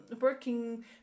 working